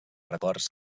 records